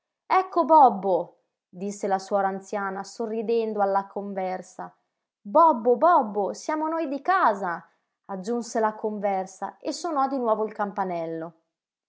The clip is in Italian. ecco bobbo disse la suora anziana sorridendo alla conversa bobbo bobbo siamo noi di casa aggiunse la conversa e sonò di nuovo il campanello